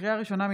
לקריאה ראשונה,